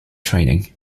training